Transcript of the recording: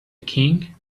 king